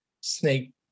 snake